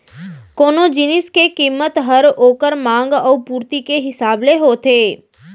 कोनो जिनिस के कीमत हर ओकर मांग अउ पुरती के हिसाब ले होथे